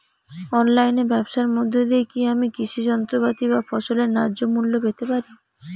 অনলাইনে ব্যাবসার মধ্য দিয়ে কী আমি কৃষি যন্ত্রপাতি বা ফসলের ন্যায্য মূল্য পেতে পারি?